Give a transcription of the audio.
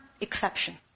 exception